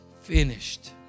finished